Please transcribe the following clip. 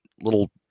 little